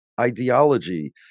ideology